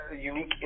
unique